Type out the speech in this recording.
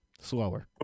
Slower